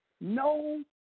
No